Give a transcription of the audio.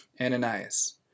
Ananias